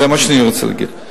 זה מה שאני רוצה להגיד.